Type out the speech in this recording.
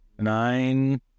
Nine